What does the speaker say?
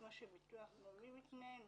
כמו שביטוח לאומי מתנהג,